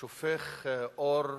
שופך אור,